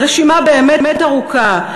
הרשימה באמת ארוכה.